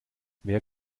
wer